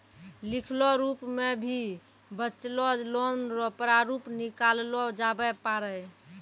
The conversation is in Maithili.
लिखलो रूप मे भी बचलो लोन रो प्रारूप निकाललो जाबै पारै